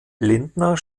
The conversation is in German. lindner